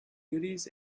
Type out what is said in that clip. goodies